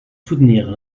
soutenir